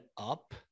up